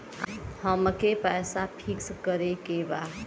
अमके पैसा फिक्स करे के बा?